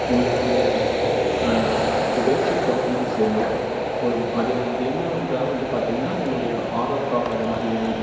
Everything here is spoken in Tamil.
உங்களுடைய இப்போ ஃபேஸிக் டாக்குமெண்ட்ஸ் வேணும் ஒரு அதே அது என்னவென்றால் வந்து பார்த்தீங்கன்னா உங்களுடைய ஆதார் கார்ட் அது மாதிரி வேணும்